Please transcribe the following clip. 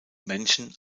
männchen